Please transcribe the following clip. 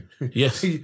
Yes